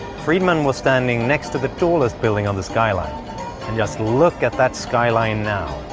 friedman was standing next to the tallest building on the skyline and just look at that skyline now